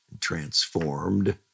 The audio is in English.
transformed